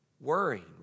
worrying